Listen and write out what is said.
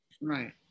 Right